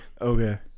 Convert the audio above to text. Okay